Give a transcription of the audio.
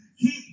Keep